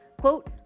Quote